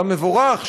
המבורך,